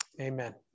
amen